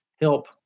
help